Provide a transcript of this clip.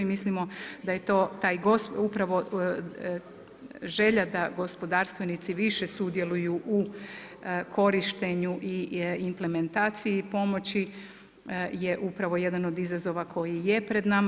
Mislimo da je to taj upravo želja da gospodarstvenici više sudjeluju u korištenju i implementaciji pomoći je upravo jedan od izazova koji je pred nama.